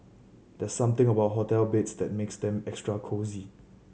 there's something about hotel beds that makes them extra cosy